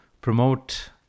promote